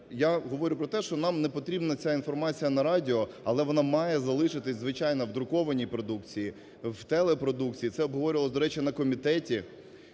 я говорю про те, що нам не потрібна ця інформація на радіо, але вона має залишитись, звичайно, в друкованій продукції, в телепродукції. Це обговорювалося, до речі, на комітеті.